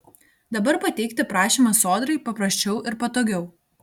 dabar pateikti prašymą sodrai paprasčiau ir patogiau